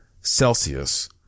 Celsius